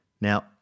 Now